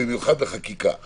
במיוחד בחקיקה ראשית.